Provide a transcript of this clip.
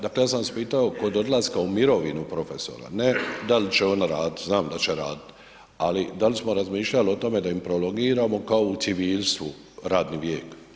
Dakle, ja sam vas pitao kod odlaska u mirovinu profesora, ne dal će on raditi, znam da će radit, ali da li smo razmišljali o tome da im prolongiramo kao u civilstvu radni vijek?